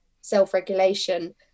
self-regulation